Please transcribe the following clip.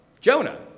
Jonah